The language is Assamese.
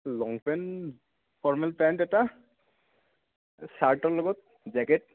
লং পেণ্ট ফৰ্মেল পেণ্ট এটা ছাৰ্টৰ লগত জেকেট